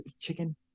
Chicken